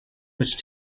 which